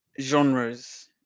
genres